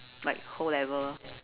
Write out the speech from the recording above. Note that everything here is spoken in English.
like whole level